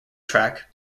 track